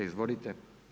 Izvolite.